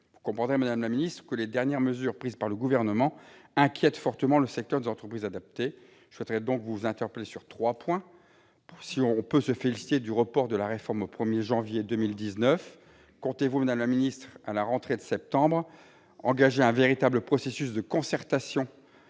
Vous comprendrez, madame la ministre, que les dernières mesures prises par le Gouvernement inquiètent fortement le secteur des entreprises adaptées. Je souhaiterais donc vous interpeller sur trois points. Premièrement, si l'on peut se féliciter du report de la réforme au 1 janvier 2019, comptez-vous engager, à la rentrée de septembre, un véritable processus de concertation